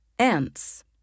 Ants